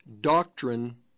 doctrine